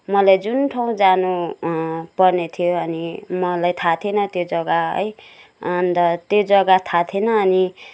मलाई जुन ठाउँ जानु पर्ने थियो अनि मलाई थाह थिएन त्यो जग्गा है अन्त त्यो जग्गा थाह थिएन अनि